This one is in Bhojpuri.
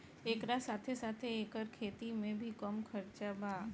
एकरा साथे साथे एकर खेती में भी कम खर्चा बा